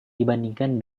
dibandingkan